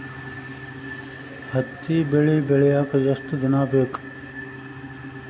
ಹತ್ತಿ ಬೆಳಿ ಬೆಳಿಯಾಕ್ ಎಷ್ಟ ದಿನ ಬೇಕ್?